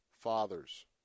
fathers